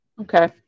Okay